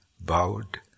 bowed